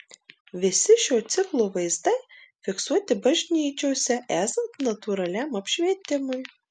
visi šio ciklo vaizdai fiksuoti bažnyčiose esant natūraliam apšvietimui